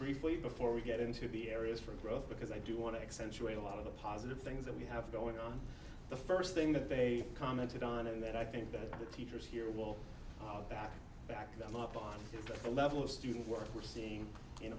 briefly before we get into the areas for growth because i do want to accentuate a lot of the positive things that we have going on the first thing that they commented on and that i think that the teachers here was that backed them up on the level of student work we're seeing in